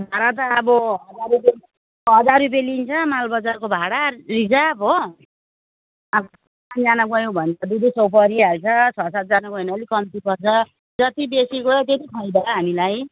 भाडा त अब हजार रुपियाँ हजार रुपियाँ लिन्छ मालबजारको भाडा रिजर्भ हो अब पाँचजना गयौँ भने त दुई दुई सय परिहाल्छ छ सातजना गयौँ भने अलिक कम्ती पर्छ जति बेसी गयो त्यति फाइदा हामीलाई